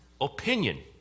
Opinion